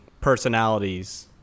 personalities